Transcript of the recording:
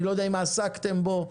אני לא יודע אם עסקתם בו,